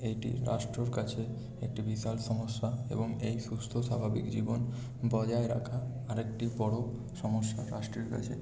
এটি রাষ্ট্রর কাছে একটি বিশাল সমস্যা এবং এই সুস্থ স্বাভাবিক জীবন বজায় রাখা আরেকটি বড় সমস্যা রাষ্ট্রের কাছে